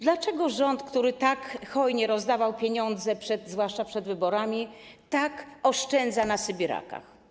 Dlaczego rząd, który tak hojnie rozdawał pieniądze, zwłaszcza przed wyborami, tak oszczędza na sybirakach?